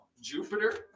Jupiter